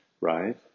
Right